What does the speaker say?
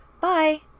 Bye